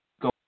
go